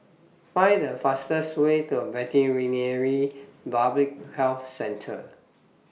Find The fastest Way to Veterinary Public Health Centre